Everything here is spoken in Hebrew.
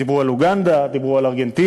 דיברו על אוגנדה, דיברו על ארגנטינה.